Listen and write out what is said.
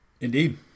Indeed